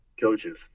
coaches